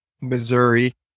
Missouri